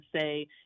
say